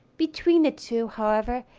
between the two, however,